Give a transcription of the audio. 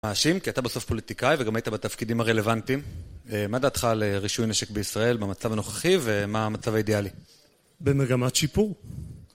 מאשים, כי אתה בסוף פוליטיקאי וגם היית בתפקידים הרלוונטיים מה דעתך על רישוי נשק בישראל במצב הנוכחי ומה המצב האידיאלי? במגמת שיפור